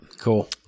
cool